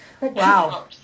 Wow